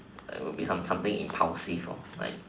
like will be some something impulsive lor like